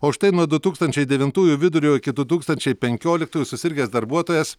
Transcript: o štai nuo du tūkstančiai devintųjų vidurio iki du tūkstančiai penkioliktųjų susirgęs darbuotojas